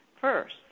First